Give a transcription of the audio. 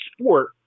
sport